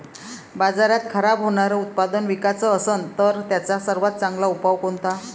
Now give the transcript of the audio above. बाजारात खराब होनारं उत्पादन विकाच असन तर त्याचा सर्वात चांगला उपाव कोनता?